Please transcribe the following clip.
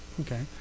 okay